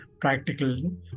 practical